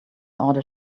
order